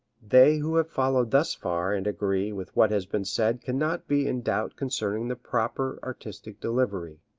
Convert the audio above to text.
they who have followed thus far and agree with what has been said cannot be in doubt concerning the proper artistic delivery.